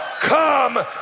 come